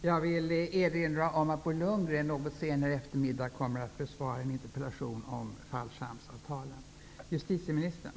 Jag vill erinra om att Bo Lundgren något senare i eftermiddag kommer att besvara en interpellation om fallskärmsavtalen.